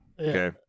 Okay